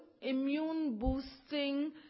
immune-boosting